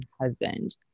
husband